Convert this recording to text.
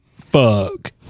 fuck